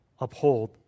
uphold